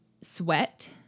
sweat